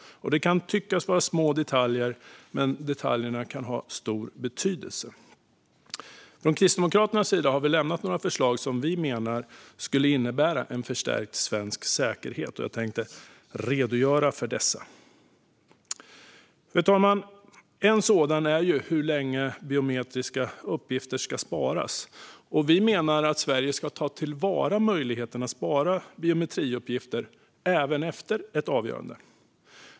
Det kan tyckas vara små detaljer, men detaljerna kan ha stor betydelse. Vi har från Kristdemokraternas sida lämnat några förslag som vi menar skulle innebära en förstärkt svensk säkerhet, och jag tänkte redogöra för dessa. Fru talman! En fråga är hur länge biometriska uppgifter ska sparas. Vi menar att Sverige ska ta till vara möjligheten att spara biometriuppgifter även efter ett avgörande.